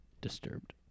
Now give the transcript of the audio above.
Disturbed